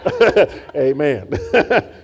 Amen